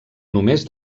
només